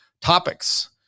Topics